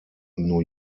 new